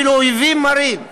אויבים מרים,